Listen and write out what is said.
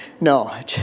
no